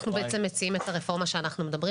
אנחנו בעצם מציעים את הרפורמה שאנחנו מדברים